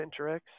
VentureX